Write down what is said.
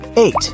Eight